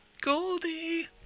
Goldie